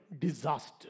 disaster